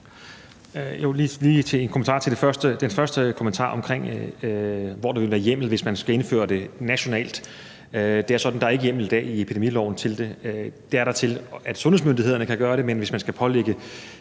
Jo, lige en kommentar til den første kommentar omkring, hvor der ville være hjemmel, hvis man skulle indføre det nationalt. Det er sådan, at der ikke er hjemmel i dag i epidemiloven til det. Det er der til, at sundhedsmyndighederne kan gøre det, men hvis man skal pålægge